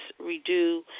redo